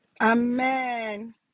Amen